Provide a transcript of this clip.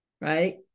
right